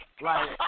Right